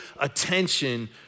attention